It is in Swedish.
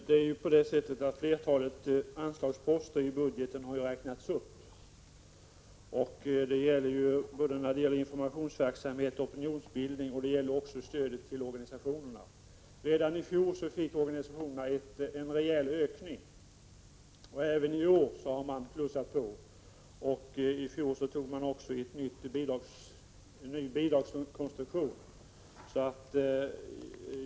Fru talman! Flertalet anslagsposter i budgeten har ju räknats upp. Så är fallet beträffande informationsverksamheten, opinionsbildningen och stödet till organisationerna. Redan i fjol fick organisationerna en rejäl ökning, och även i år har man plussat på anslagen. I fjol införde man också en ny bidragskonstruktion.